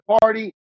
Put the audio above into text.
party